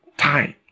Time